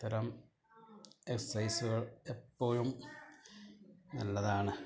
ഇത്തരം എസൈസുകൾ എപ്പോഴും നല്ലതാണ്